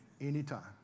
anytime